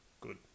good